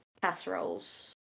casseroles